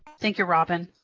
thank you, robin.